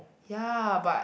ya but